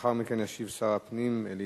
לאחר מכן ישיב שר הפנים אלי